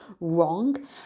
wrong